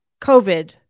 COVID